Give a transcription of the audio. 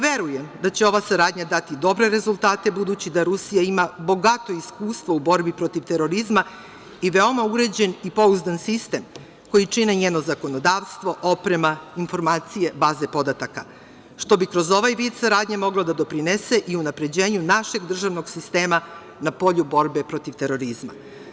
Verujem da će ova saradnja dati dobre rezultate, budući da Rusija ima bogato iskustvo u borbi protiv terorizma i veoma uređen i pouzdan sistem koji čine njeno zakonodavstvo, oprema, informacije, baze podataka, što bi kroz ovaj vid saradnje moglo da doprinese i unapređenju našeg državnog sistema na polju borbe protiv terorizma.